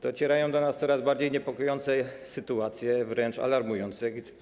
Docierają do nas coraz bardziej niepokojące informacje, wręcz alarmujące.